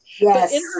Yes